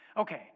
Okay